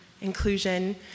inclusion